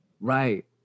Right